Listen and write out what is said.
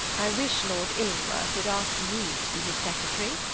i wish lord illingworth would ask me to be his secretary.